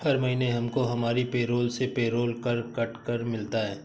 हर महीने हमको हमारी पेरोल से पेरोल कर कट कर मिलता है